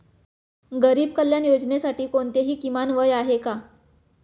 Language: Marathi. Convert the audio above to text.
गरीब कल्याण योजनेसाठी कोणतेही किमान वय आहे का?